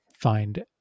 find